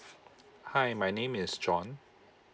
hi my name is john